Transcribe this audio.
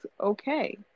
Okay